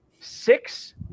six